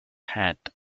hat